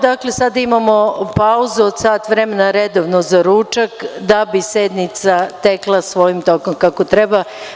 Dakle, sada imamo pauzu od sat vremena redovno za ručak da bi sednica tekla svojim tokom kako treba.